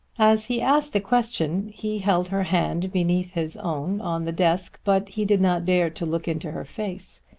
as he asked the question he held her hand beneath his own on the desk, but he did not dare to look into her face.